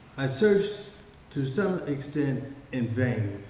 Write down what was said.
i searched to some extent in vain,